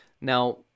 Now